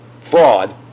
fraud